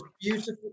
beautiful